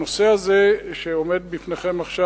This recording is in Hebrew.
הנושא הזה שמוצג בפניכם עכשיו,